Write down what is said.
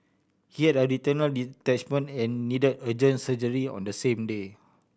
he had a retinal detachment and need urgent surgery on the same day